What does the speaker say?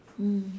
mm